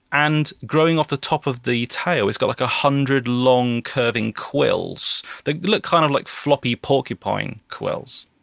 and growing off the top of the tail he's got like a hundred long curving quills. they look kind of like floppy porcupine quills.